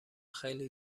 خیلی